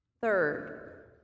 Third